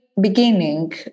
beginning